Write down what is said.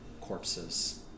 corpses